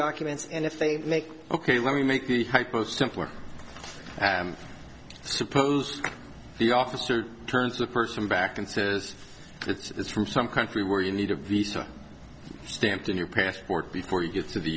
documents and if they make ok let me make the most simple suppose the officer turns the person back and says it's from some country where you need a visa stamped in your passport before you get to the